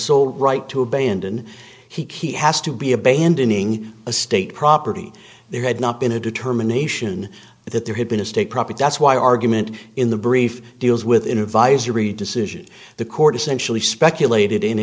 sole right to abandon he key has to be abandoning a state property there had not been a determination that there had been a state property that's why argument in the brief deals with in advisory decision the court essentially speculated